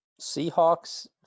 Seahawks